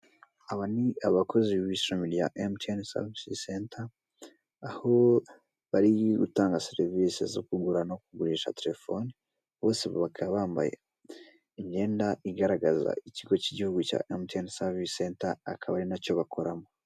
Aba ni abakozi ba ishami rya MTN service center aho bari gutanga serivise zo kugura no kugurisha telefone bose bakaba bambaye imyenda igaragaza ikigo k'igihugu cya MTN service center akaba ari nacyo bakoramo.